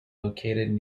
located